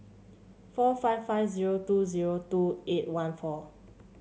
four five five zero two zero two eight one four